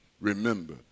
remember